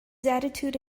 attitude